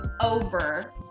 over